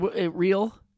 Real